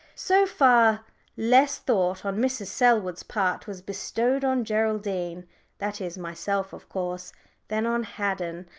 so far less thought on mrs. selwood's part was bestowed on geraldine that is myself, of course than on haddon,